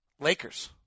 Lakers